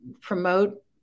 promote